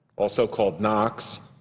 also called nox,